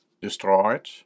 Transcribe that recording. destroyed